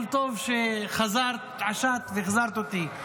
אבל טוב שהתעשַתְּ והחזרת אותי.